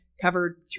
covered